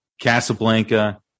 casablanca